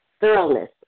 Thoroughness